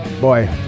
Boy